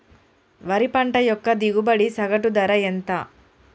వరి పంట యొక్క దిగుబడి సగటు ధర ఎంత?